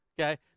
Okay